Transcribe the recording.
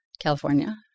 California